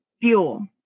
Fuel